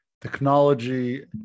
technology